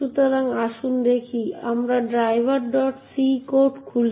সুতরাং আসুন দেখি আমরা ড্রাইভারc কোড খুলি